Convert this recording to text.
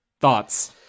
thoughts